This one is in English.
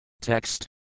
Text